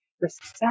respect